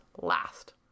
last